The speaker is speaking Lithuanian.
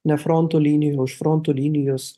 ne fronto linijoj o už fronto linijos